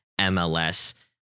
MLS